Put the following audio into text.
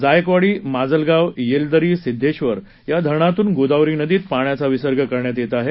जायकवाडी माजलगाव येलदरी सिध्देश्वर या धरणातून गोदावरी नदीत पाण्याचा विसर्ग करण्यात येत आहे